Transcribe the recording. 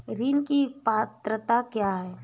ऋण की पात्रता क्या है?